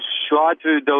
šiuo atveju dėl